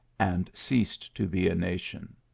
and ceased to be a nation.